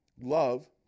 Love